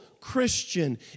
Christian